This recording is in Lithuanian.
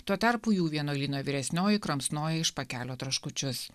tuo tarpu jų vienuolyno vyresnioji kramsnoja iš pakelio traškučius